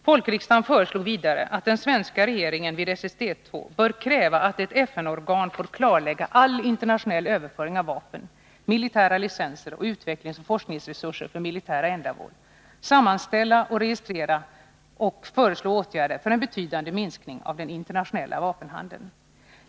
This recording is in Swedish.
Folkriksdagen föreslog vidare att den svenska regeringen vid SSDII skall kräva att ett FN-organ får klarlägga all internationell överföring av vapen, militära licenser och utvecklingsoch forskningsresurser för militära ändamål, sammanställa och registrera dem samt föreslå åtgärder för en betydande minskning av den internationella vapenhandeln.